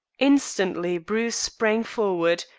instantly bruce sprang forward,